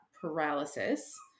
paralysis